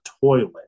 toilet